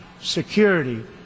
security